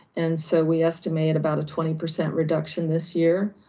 and so we estimate about a twenty percent reduction this year.